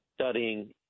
studying